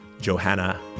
Johanna